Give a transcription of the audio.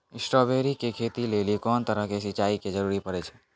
Strawberry के खेती लेली कोंन तरह के सिंचाई के जरूरी पड़े छै?